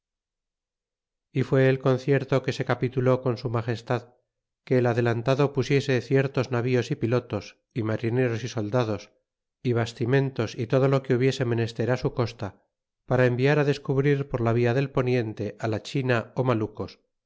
y fué el concierto que se capituló con su ma gestad que el adelantado pusiese ciertos navíos y pilotos y marineros y soldados y bastimentos y todo lo que hubiese menester á su costa para enviar descubrir por la via del poniente á la china ó malucos